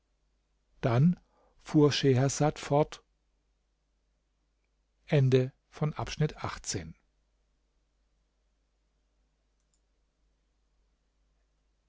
dann fuhr schehersad fort